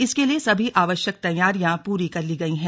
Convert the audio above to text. इसके लिए सभी आवश्यक तैयारियां पूरी कर ली गई है